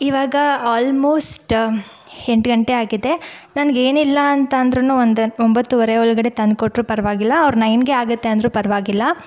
ಇವಾಗ ಆಲ್ಮೋಸ್ಟ್ ಎಂಟು ಗಂಟೆಯಾಗಿದೆ ನನಗೇನಿಲ್ಲ ಅಂತ ಅಂದ್ರೂ ಒಂದು ಒಂಬತ್ತುವರೆ ಒಳಗಡೆ ತಂದ್ಕೊಟ್ರು ಪರವಾಗಿಲ್ಲ ಆರ್ ನೈನ್ಗೆ ಆಗುತ್ತೆ ಅಂದರು ಪರವಾಗಿಲ್ಲ